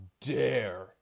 dare